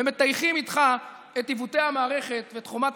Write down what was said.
ומטייחים איתך את עיוותי המערכת ואת חומת